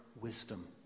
wisdom